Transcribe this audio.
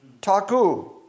Taku